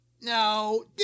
No